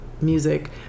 music